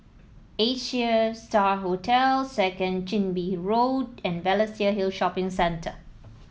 Asia Star Hotel Second Chin Bee Road and Balestier Hill Shopping Centre